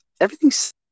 everything's